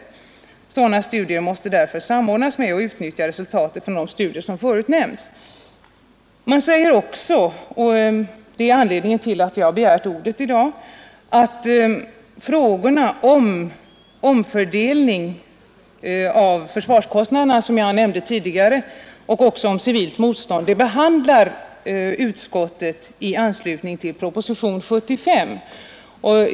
Utskottet tillägger: ”Sådana studier måste därför samordnas med och utnyttja resultaten från de studier som förut nämnts.” Utskottet säger också att frågorna om omfördelning av försvarskostnaderna som jag nämnde tidigare och frågan om civilt motstånd upptas till behandling av utskottet i samband med granskningen av propositionen 75.